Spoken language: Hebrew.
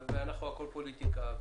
הכול פוליטיקה,